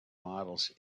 models